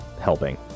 helping